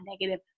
negative